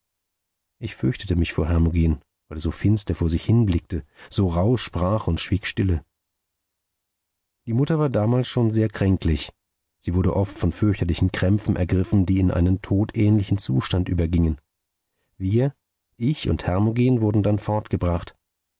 ich fürchtete mich vor hermogen weil er so finster vor sich hinblickte so rauh sprach und schwieg stille die mutter war damals schon sehr kränklich sie wurde oft von fürchterlichen krämpfen ergriffen die in einen todähnlichen zustand übergingen wir ich und hermogen wurden dann